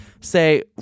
say